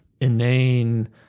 inane